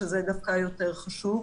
שזה דווקא יותר חשוב,